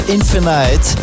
Infinite